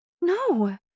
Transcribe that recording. No